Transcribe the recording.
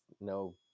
no